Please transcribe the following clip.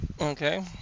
Okay